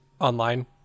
online